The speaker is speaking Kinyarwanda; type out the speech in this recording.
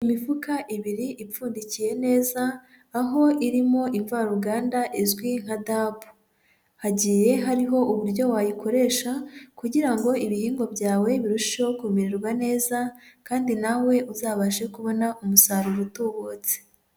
Imifuka ibiri ipfundikiye neza, aho irimo imvaruganda izwi nka DAP. Hagiye hariho uburyo wayikoresha, kugira ngo ibihingwa byawe birusheho kumererwa neza, kandi nawe uzabashe kubona umusaruro utubutse.